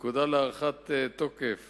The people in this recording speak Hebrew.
פקודה להארכת תוקף